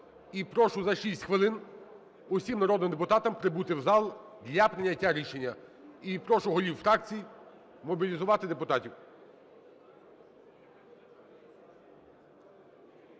І прошу за 6 хвилин усім народним депутатам прибути у зал для прийняття рішення. І прошу голів фракцій мобілізувати депутатів.